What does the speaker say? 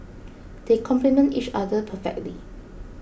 they complement each other perfectly